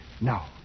Now